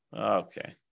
Okay